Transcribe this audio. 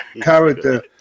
character